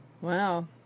Wow